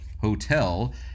Hotel